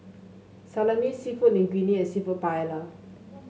Salami seafood Linguine and seafood Paella